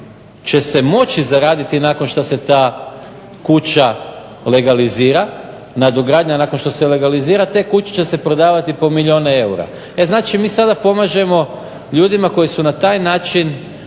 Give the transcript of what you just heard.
će se moći zaraditi nakon što se ta kuća legalizira, nadogradnja nakon što se legalizira, te kuće će se prodavati po milijun eura. E znači mi sada pomažemo ljudima koji su na taj način